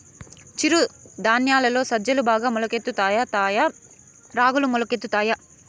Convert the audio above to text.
చిరు ధాన్యాలలో సజ్జలు బాగా మొలకెత్తుతాయా తాయా రాగులు మొలకెత్తుతాయా